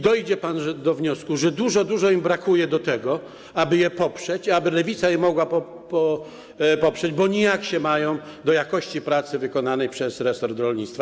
Dojdzie pan do wniosku, że dużo, dużo im brakuje do tego, aby je poprzeć, aby Lewica je mogła poprzeć, bo nijak się mają do jakości pracy wykonanej przez resort rolnictwa.